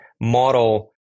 model